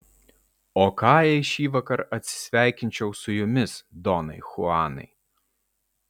o ką jei šįvakar atsisveikinčiau su jumis donai chuanai